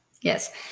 yes